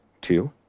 Two